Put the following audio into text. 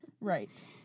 Right